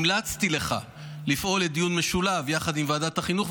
המלצתי לך לפעול לדיון משולב יחד עם ועדת החינוך,